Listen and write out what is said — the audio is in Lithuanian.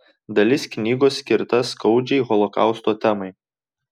dalis knygos skirta skaudžiai holokausto temai